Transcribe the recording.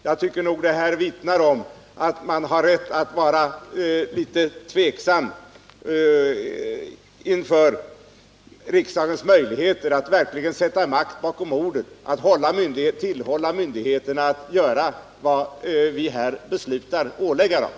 Jag tycker att detta vittnar om att man har rätt att vara litet tvivlande till våra möjligheter att verkligen sätta makt bakom orden när vi här i riksdagen tillhåller myndigheterna att göra vad vi beslutat att ålägga dem.